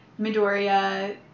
Midoriya